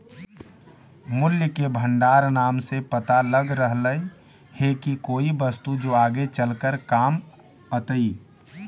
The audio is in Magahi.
मूल्य के भंडार नाम से पता लग रहलई हे की कोई वस्तु जो आगे चलकर काम अतई